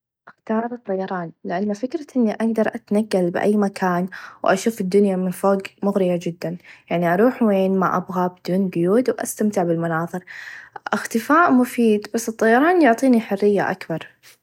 أختار الطياران لإن فكره إني أقدر أتنقل بأي مكان و أشوف الدنيا من فوق مغريه چدا يعني أروح وين ما أبغى بدون قيود و أستمتع بالمناظر إختفاء مفيد بس الطيران يعطيني حريه أكبر.